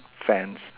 fence